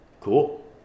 Cool